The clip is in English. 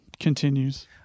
continues